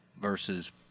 versus